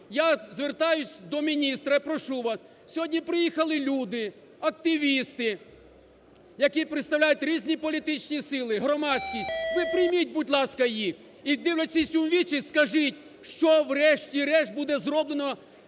Я звертаюсь до міністра і прошу вас, сьогодні приїхали люди, активісти, які представляють різні політичні сили, громадськість, ви прийміть, будь-ласка, їх, і дивлячись у вічі скажіть, що врешті-решт буде зроблено